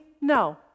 No